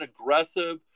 aggressive